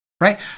right